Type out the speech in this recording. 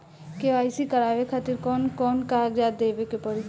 KYC करवावे खातिर कौन कौन कागजात देवे के पड़ी?